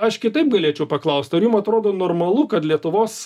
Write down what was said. aš kitaip galėčiau paklaust ar jum atrodo normalu kad lietuvos